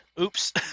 oops